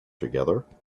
together